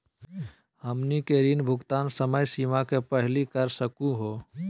हमनी के ऋण भुगतान समय सीमा के पहलही कर सकू हो?